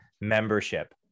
membership